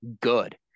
good